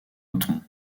othon